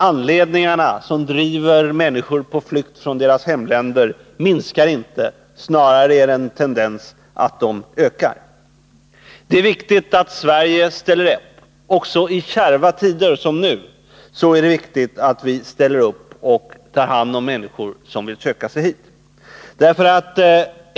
Anledningarna som driver människor på flykt från deras hemländer minskar inte; snarare är tendensen att de ökar. Det är viktigt att Sverige ställer upp — också i kärva tider som nu — och tar hand om de människor som vill söka sig hit.